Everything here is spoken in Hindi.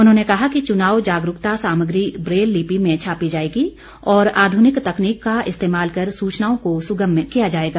उन्होंने कहा कि चुनाव जागरूकता सामग्री ब्रेल में छापी जाएगी और आध्रनिक तकनीक का इस्तेमाल कर सूचनाओं को सुगम्य किया जाएगा